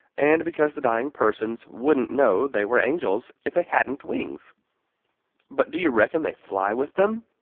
and because the dying persons wouldn't know they were angels if they hadn't wings but do you reckon they fly with them?